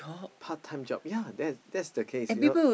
part time job yea that that's the case you know